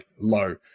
low